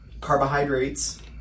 carbohydrates